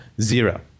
Zero